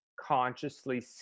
consciously